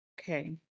Okay